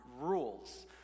rules